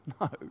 no